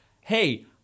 hey